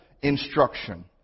instruction